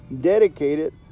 dedicated